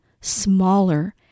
smaller